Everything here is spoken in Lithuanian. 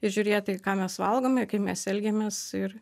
žiūrėt į ką mes valgome kaip mes elgiamės ir